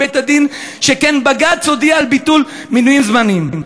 שכן בג"ץ הודיע על ביטול מינויים זמניים.